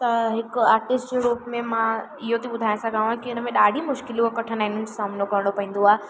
त हिकु आटिस्ट रूप में मां इहो थी ॿुधाए सघा की उनमें ॾाढी मुश्किलियूं कठिनाइयुनि जो सामिनो करिणो पवंदो आहे